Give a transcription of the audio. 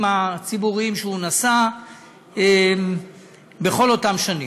הציבוריים שהוא נשא בכל אותן שנים.